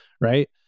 right